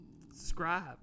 subscribe